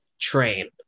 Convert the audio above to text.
train